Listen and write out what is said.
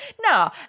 No